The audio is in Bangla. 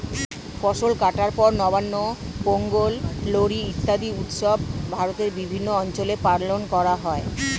ফসল কাটার পর নবান্ন, পোঙ্গল, লোরী ইত্যাদি উৎসব ভারতের বিভিন্ন অঞ্চলে পালন করা হয়